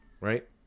right